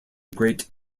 great